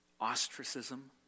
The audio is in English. Ostracism